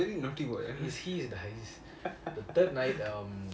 he's a very naughty boy ah